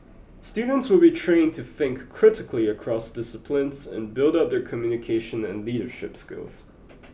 students will be trained to think critically across disciplines and build up their communication and leadership skills